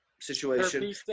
situation